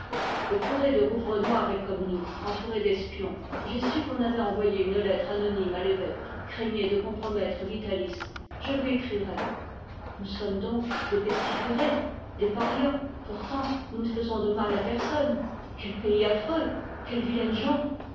le curé de rouvrenoir est comme nous entouré d'espions j'ai su qu'on avait envoyé une lettre anonyme à l'évêque craignez de compromettre vitalis je lui écrirai nous sommes donc des parias pourtant nous ne faisons de mal à personne quel pays affreux quelles vilaines gens